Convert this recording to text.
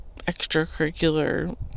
extracurricular